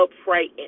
upright